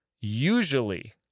usually